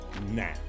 now